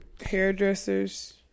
hairdressers